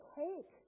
take